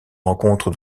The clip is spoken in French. rencontre